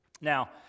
Now